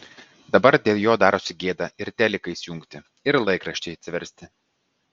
dabar dėl jo darosi gėda ir teliką įsijungti ir laikraštį atsiversti